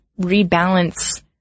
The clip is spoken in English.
rebalance